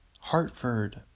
Hartford